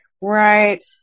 Right